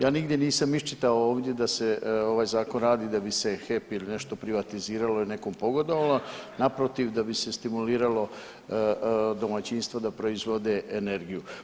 Ja nigdje nisam iščitao ovdje da se ovaj zakon radi da bi se HEP ili nešto privatiziralo ili nekom pogodovalo, naprotiv da bi se stimulirao domaćinstvo da proizvode energiju.